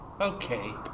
okay